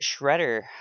shredder